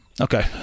Okay